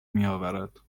میاورد